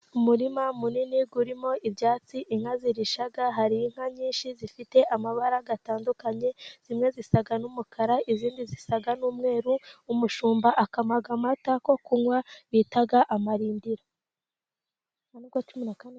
Umurima munini urimo ibyatsi inka zirisha, hari inka nyinshi zifite amabara atandukanye, zimwe zisa n'umukara, izindi zisa n'umweru, umushumba akama amata yo kunywa bita amarindira.